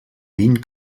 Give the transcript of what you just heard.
vint